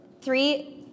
three